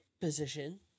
position